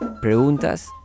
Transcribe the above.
Preguntas